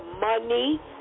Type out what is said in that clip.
money